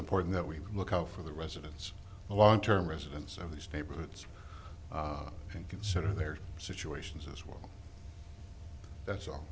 important that we look out for the residents long term residents of these neighborhoods and consider their situations as well that's all